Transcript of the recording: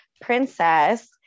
princess